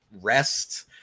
rest